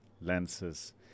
lenses